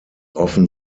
often